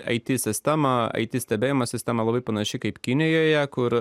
eiti į sistemą eiti stebėjimo sistema labai panaši kaip kinijoje kur